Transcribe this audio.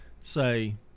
say